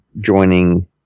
joining